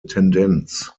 tendenz